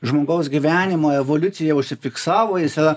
žmogaus gyvenimo evoliucija užsifiksavo jis yra